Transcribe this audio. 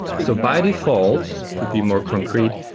so by default, to be more concrete,